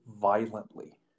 violently